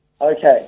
Okay